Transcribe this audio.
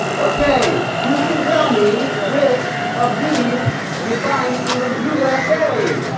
okay, who can tell me which of these you'd find in the usa?